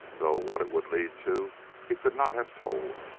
though what it would lead to he could not have told.